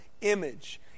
image